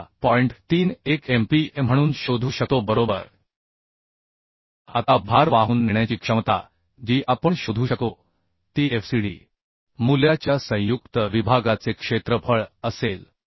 31 MPaम्हणून शोधू शकतो बरोबर आता भार वाहून नेण्याची क्षमता जी आपण शोधू शकतो ती FCD मूल्याच्या संयुक्त विभागाचे क्षेत्रफळ असेल